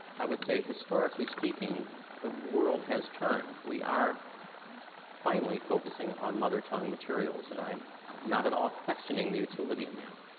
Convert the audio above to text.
i would say historically speaking, the world has turned. we are finally focusing on mother tongue materials and i'm not at all questioning the utility in that.